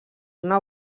una